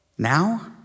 Now